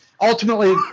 Ultimately